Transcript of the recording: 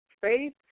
Faith